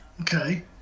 Okay